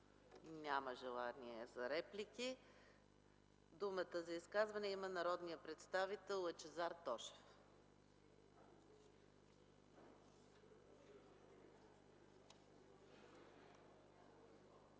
Няма желаещи. Думата за изказване има народният представител Лъчезар Тошев.